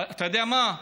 אתה יודע מה?